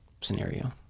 scenario